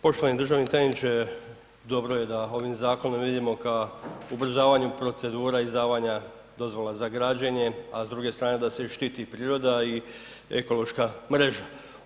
Poštovani državni tajniče, dobro je da ovim zakonom idemo ka ubrzavanjem procedura izdavanja dozvola za građenje a s druge strane da se i štiti priroda i ekološka mreža.